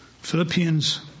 Philippians